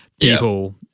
people